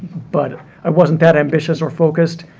but i wasn't that ambitious or focused.